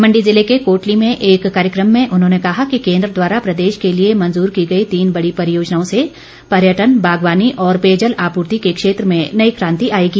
मंडी जिले के कोटली में एक कार्यक्रम में उन्होंने कहा कि केन्द्र द्वारा प्रदेश के लिए मंजूर की गई तीन बड़ी परियोजनाओं से पर्यटन बागवानी और पेयजल आपूर्ति के क्षेत्र मे नई कांति आएगी